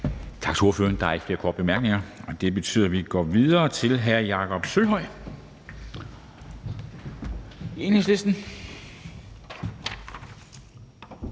Rod. Der er ikke flere korte bemærkninger, og det betyder, at vi går videre til hr. Jakob Sølvhøj, Enhedslisten.